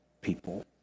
people